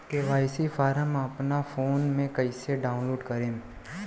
KYC form अपना phone मे कइसे डाऊनलोड करेम?